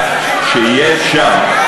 כך שיהיה אפשר,